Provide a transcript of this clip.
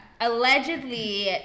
Allegedly